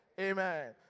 Amen